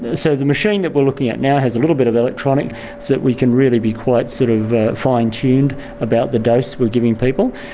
ah so the machine that we are looking at now has a little bit of electronics so that we can really be quite sort of fine-tuned about the dose we are giving people.